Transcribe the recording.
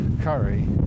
curry